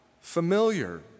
familiar